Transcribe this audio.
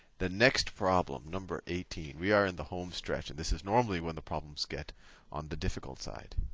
the next problem, number eighteen. we are in the home stretch. and this is normally when the problems get on the difficult side.